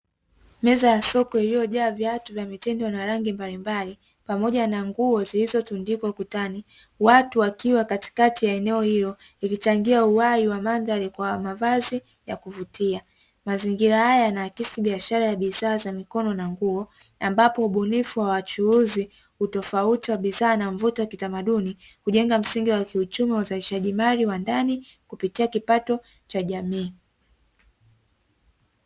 Meza ya soko iliyojaa viatu vya mitindo na rangi mbalimbali, pamoja na nguo zilizotundikwa ukutani, watu wakiwa katikati ya eneo hilo, ikichangia uhai wa mandhari kwa mavazi ya kuvutia. Mazingira haya yanaakisi biashara za bidhaa za mikono na nguo, ambapo ubunifu wa wachuuzi, utofauti wa bidhaa na mvuto wa kitamaduni, hujenga msingi wa kiuchumi wa uzalishaji mali wa ndani kupitia kipato cha jamii.